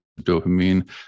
dopamine